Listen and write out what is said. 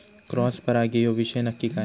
Cross परागी ह्यो विषय नक्की काय?